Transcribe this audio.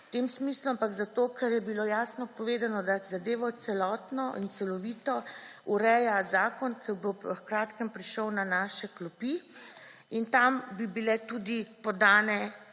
v tem smislu, ampak zato, ker je bilo jasno povedano, da zadevo celotno in celovito ureja zakon, ki bo v kratkem prišel na naše klopi in tam bi bile podane